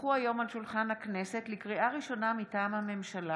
על שולחן הכנסת 4 נאומים בני דקה 8 היו"ר